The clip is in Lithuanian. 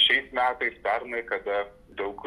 šiais metais pernai kada daug